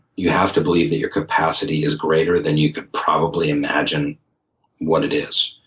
you have to believe that your capacity is greater than you could probably imagine what it is.